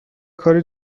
کاری